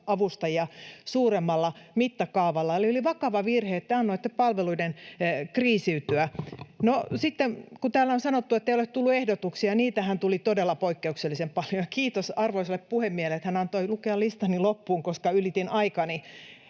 hoiva-avustajia suuremmalla mittakaavalla. Eli oli vakava virhe, että te annoitte palveluiden kriisiytyä. No, sitten kun täällä on sanottu, ettei ole tullut ehdotuksia, niin niitähän tuli todella poikkeuksellisen paljon, ja kiitos arvoisalle puhemiehelle, että hän antoi lukea listani loppuun, vaikka ylitin aikani.